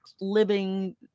living